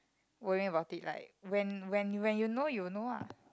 worrying about it like when when when you know you know ah